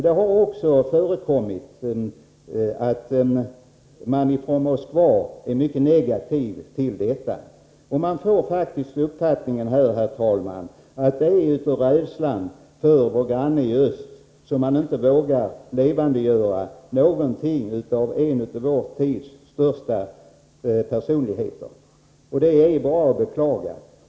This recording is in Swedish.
Det har emellertid förekommit att man från Moskvas sida varit mycket negativ till detta. Man får faktiskt uppfattningen, herr talman, att det är av rädsla för vår granne i öst som man inte vågar levandegöra någonting när det gäller en av vår tids största personligheter, och det är bara att beklaga.